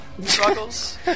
Struggles